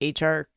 HR